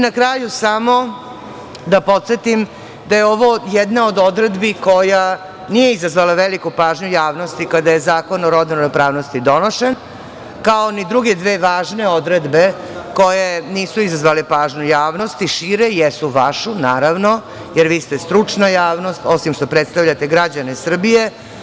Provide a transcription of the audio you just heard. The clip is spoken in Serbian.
Na kraju da podsetim da je ovo jedna od odredbi koja nije izazvala veliku pažnju javnosti kada je Zakon o rodnoj ravnopravnosti donošen, kao ni druge dve važne odredbe koje nisu izazvale pažnju javnosti, šire, jesu vašu, naravno, jer vi ste stručna javnost, osim što predstavljate građane Srbije.